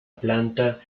planta